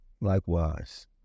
Likewise